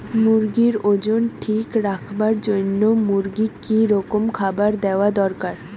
মুরগির ওজন ঠিক রাখবার জইন্যে মূর্গিক কি রকম খাবার দেওয়া দরকার?